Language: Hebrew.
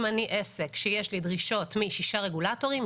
אם אני עסק שיש לי דרישות משישה רגולטורים,